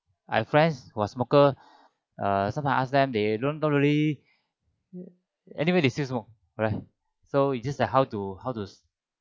I have friends who are smoker uh sometimes I ask them they don't don't really anyway they still smoke right so is just like how to how to